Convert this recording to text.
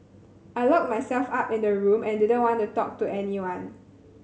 I locked myself up in the room and didn't want to talk to anyone